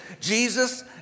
Jesus